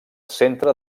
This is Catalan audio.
centre